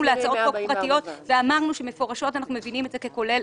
להצעות חוק פרטיות ואמרנו שמפורשות אנחנו מבינים את זה ככולל